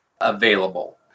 available